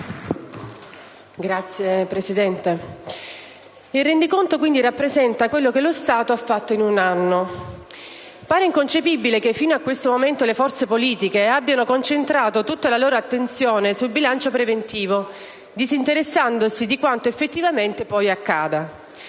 il rendiconto rappresenta quello che lo Stato ha fatto in un anno. Appare inconcepibile che fino a questo momento le forze politiche abbiano concentrato tutta la loro attenzione sul bilancio preventivo, disinteressandosi di quanto effettivamente poi accada.